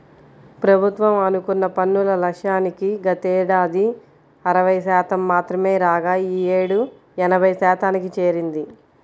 ప్రభుత్వం అనుకున్న పన్నుల లక్ష్యానికి గతేడాది అరవై శాతం మాత్రమే రాగా ఈ యేడు ఎనభై శాతానికి చేరింది